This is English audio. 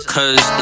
Cause